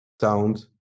sound